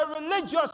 religious